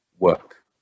work